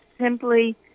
simply